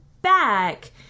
back